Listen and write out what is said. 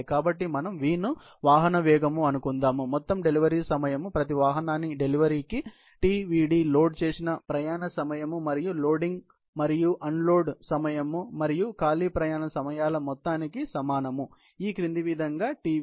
కాబట్టి మనము V ను వాహన వేగం అని అనుకొందాం మొత్తం డెలివరీ సమయం ప్రతి వాహనానికి డెలివరీకి Tdv లోడ్ చేసిన ప్రయాణ సమయం మరియు లోడింగ్ మరియు అన్లోడ్ సమయం మరియు ఖాళీ ప్రయాణ సమయం ల మొత్తానికి సమానం ఈ క్రింది విధంగా Tvd వ్రాయవచ్చు